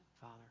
Father